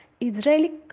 Israeli